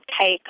take